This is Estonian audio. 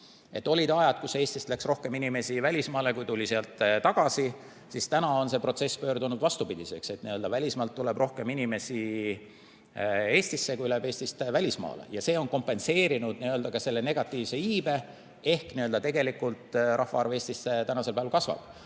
Olid ajad, kui Eestist läks rohkem inimesi välismaale, kui sealt tagasi tuli, aga nüüdseks on see protsess pöördunud vastupidiseks. Välismaalt tuleb rohkem inimesi Eestisse, kui läheb Eestist välismaale, ja see on kompenseerinud negatiivse iibe ehk tegelikult rahvaarv Eestis praegu kasvab.